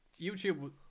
YouTube